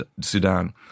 Sudan